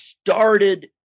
started